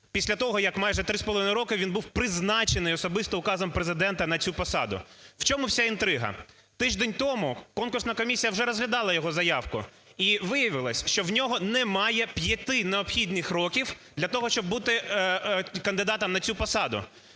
після того, як майже 3,5 роки він був призначений особисто Указом Президента на цю посаду. В чому вся інтрига? Тиждень тому конкурсна комісія вже розглядала його заявку, і виявилося, що в нього немає п'яти необхідних років для того, щоб бути кандидатом на цю посаду.